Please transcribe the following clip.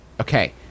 Okay